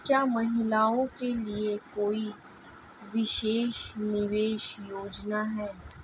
क्या महिलाओं के लिए कोई विशेष निवेश योजना है?